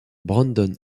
brandon